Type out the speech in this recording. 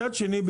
מצד שני,